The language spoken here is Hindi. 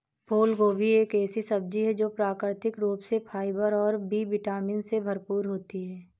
फूलगोभी एक ऐसी सब्जी है जो प्राकृतिक रूप से फाइबर और बी विटामिन से भरपूर होती है